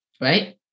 right